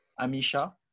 Amisha